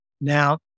Now